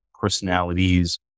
personalities